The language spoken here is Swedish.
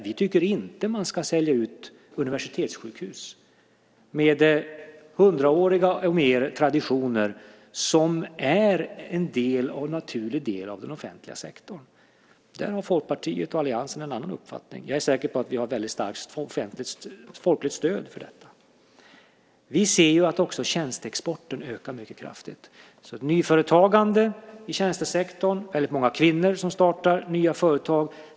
Vi tycker inte att man ska sälja ut universitetssjukhus med hundraåriga och mer traditioner som är en naturlig del av den offentliga sektorn. Där har Folkpartiet och alliansen en annan uppfattning. Jag är säker på att vi har ett väldigt starkt folkligt stöd för detta. Vi ser att också tjänsteexporten ökar mycket kraftigt. Det är nyföretagande i tjänstesektorn. Det är väldigt många kvinnor som startar nya företag.